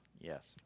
Yes